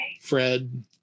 Fred